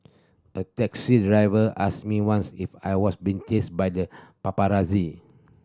a taxi driver asked me once if I was being chased by the paparazzi